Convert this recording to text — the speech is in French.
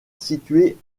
située